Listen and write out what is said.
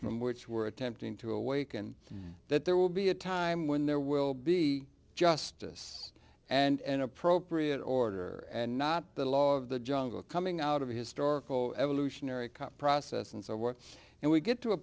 from which were attempting to awaken that there will be a time when there will be justice and appropriate order and not the law of the jungle coming out of a historical evolutionary process and so i work and we get to a